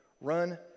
Run